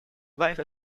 wife